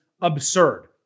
absurd